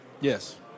Yes